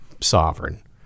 sovereign